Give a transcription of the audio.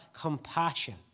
compassion